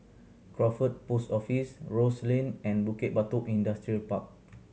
Crawford Post Office Rose Lane and Bukit Batok Industrial Park